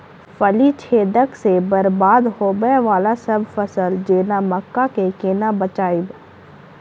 फली छेदक सँ बरबाद होबय वलासभ फसल जेना मक्का कऽ केना बचयब?